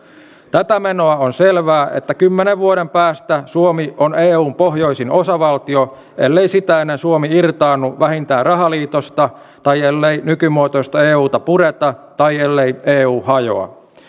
tätä menoa on selvää että kymmenen vuoden päästä suomi on eun pohjoisin osavaltio ellei sitä ennen suomi irtaannu vähintään rahaliitosta tai ellei nykymuotoista euta pureta tai ellei eu hajoa